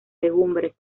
legumbres